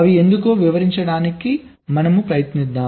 ఎందుకో వివరించడానికి ప్రయత్నిద్దాం